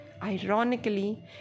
Ironically